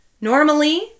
normally